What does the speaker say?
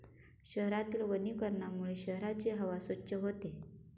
शहरातील वनीकरणामुळे शहराची हवा स्वच्छ होते